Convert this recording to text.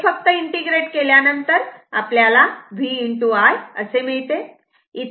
हे फक्त इंटिग्रेट केल्यानंतर आपल्याला V I असे मिळते